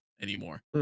anymore